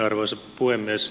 arvoisa puhemies